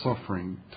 suffering